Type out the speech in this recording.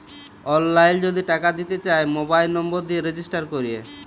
অললাইল যদি টাকা দিতে চায় মবাইল লম্বর দিয়ে রেজিস্টার ক্যরে